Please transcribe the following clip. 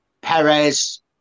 Perez